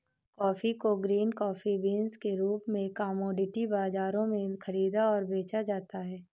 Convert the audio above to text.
coffee को green coffee beans के रूप में कॉमोडिटी बाजारों में खरीदा और बेचा जाता है